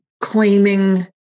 claiming